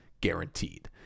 guaranteed